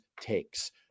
takes